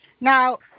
Now